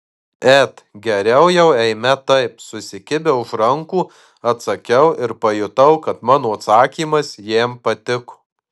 et geriau jau eime taip susikibę už rankų atsakiau ir pajutau kad mano atsakymas jam patiko